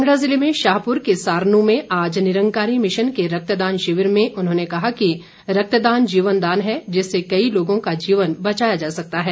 कांगड़ा जिले में शाहपुर के सारनू में आज निरंकारी मिशन के रक्तदान शिविर में उन्होंने कहा कि रक्तदान जीवन दान है जिससे कई लोगों का जीवन बचाया जा सकता है